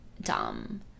dumb